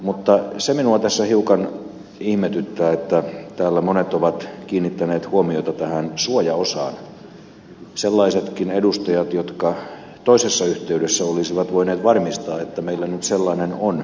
mutta se minua tässä hiukan ihmetyttää että täällä monet ovat kiinnittäneet huomiota tähän suojaosaan sellaisetkin edustajat jotka toisessa yhteydessä olisivat voineet varmistaa että meillä nyt sellainen on